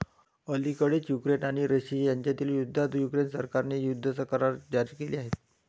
अलिकडेच युक्रेन आणि रशिया यांच्यातील युद्धात युक्रेन सरकारने युद्ध करार जारी केले आहेत